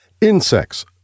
insects